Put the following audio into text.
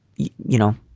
you know,